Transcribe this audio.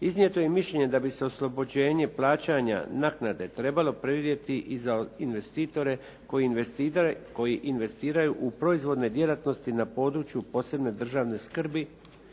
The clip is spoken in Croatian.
Iznijeto je i mišljenje da bi se oslobođenje plaćanja naknade trebalo predvidjeti i za investitore koji investiraju u proizvodne djelatnosti u području posebne državne skrbi,